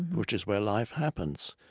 which is where life happens.